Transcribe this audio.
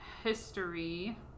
History